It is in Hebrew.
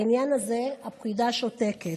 בעניין הזה הפקודה שותקת.